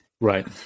Right